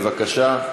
בבקשה.